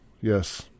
Yes